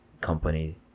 company